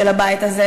של הבית הזה,